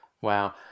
Wow